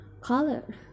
color